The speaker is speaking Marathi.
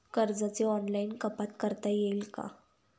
कर्जाची ऑनलाईन कपात करता येईल का?